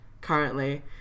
currently